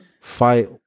fight